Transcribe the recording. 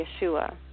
Yeshua